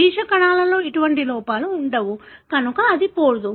బీజ కణాలలో ఇటువంటి లోపాలు ఉండవు కనుక అది పోదు